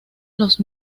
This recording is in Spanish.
los